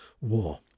War